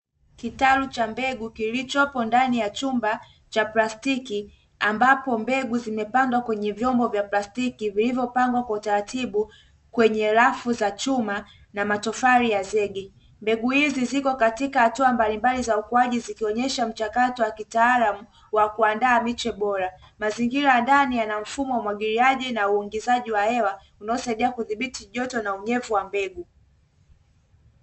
Kitalu cha mbegu kilichopo ndani ya chumba cha plastiki ambapo mbegu zimepandwa kwenye vyombo vya plastiki vilivyopandwa kwa utaratibu kwenye rafu za chuma na matofali ya zege, mbegu hizi ziko katika hatua mbalimbali za ukuaji zikionyesha mchakato wa kitaalamu wa kuandaa miche bora, mazingira ya ndani yana mfumo ya umwagiliaji na uingizaji wa hewa unaosaidia kudhibiti joto na unyevu wa mbegu.